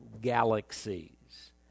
galaxies